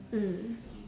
mm